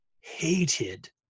hated